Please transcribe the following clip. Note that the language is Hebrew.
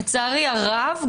לצערי הרב,